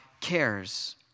cares